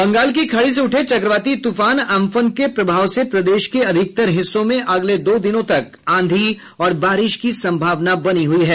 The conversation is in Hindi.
बंगाल की खाड़ी से उठे चक्रवाती तूफान अम्फन के प्रभाव से प्रदेश के अधिकतर हिस्सों में अगले दो दिनों तक आंधी और बारिश की सम्भावना बनी हुई है